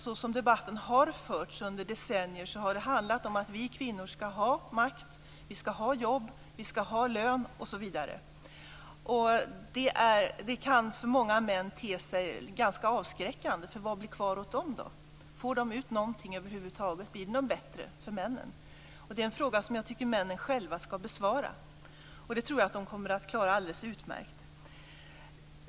Såsom debatten har förts under decennier har det nämligen handlat om att vi kvinnor ska ha makt, ska ha jobb, ska ha lön, osv. Det kan för många män te sig ganska avskräckande. Vad blir kvar åt dem? Får de ut någonting över huvud taget? Blir det något bättre för männen? Det är en fråga som jag tycker att männen själva ska besvara, och det tror jag att de kommer att klara alldeles utmärkt.